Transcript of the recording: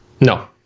No